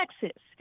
Texas